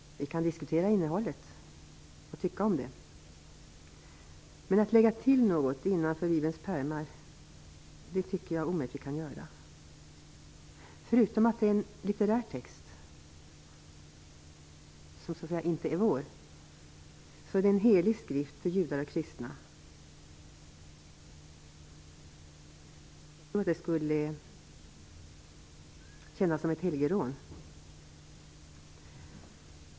Vi kan diskutera innehållet och ha åsikter om det, men att lägga till något innanför Bibelns pärmar tycker jag omöjligt att vi kan göra. Förutom att det är en litterär text som så att säga inte är vår är det en helig skrift för judar och kristna. Det skulle kännas som ett helgerån.